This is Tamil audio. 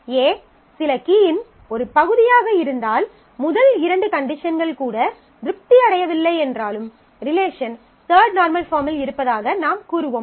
A சில கீயின் ஒரு பகுதியாக இருந்தால் முதல் இரண்டு கண்டிஷன்கள் கூட திருப்தி அடையவில்லை என்றாலும் ரிலேஷன் தர்ட் நார்மல் பாஃர்ம்மில் இருப்பதாக நாம் கூறுவோம்